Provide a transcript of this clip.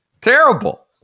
Terrible